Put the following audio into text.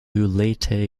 leyte